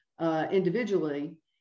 Individually